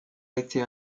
été